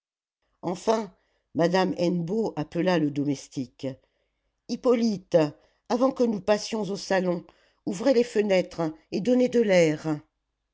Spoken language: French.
enfin madame hennebeau appela le domestique hippolyte avant que nous passions au salon ouvrez les fenêtres et donnez de l'air